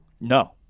No